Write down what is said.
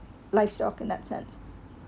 livestock in that sense